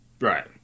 Right